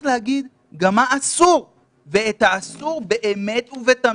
להגיד מה אסור ולהקפיד על האסור באמת ובתמים.